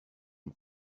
une